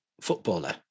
footballer